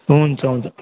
हुन्छ हुन्छ